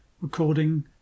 Recording